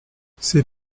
ses